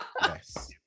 yes